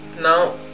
now